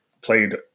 played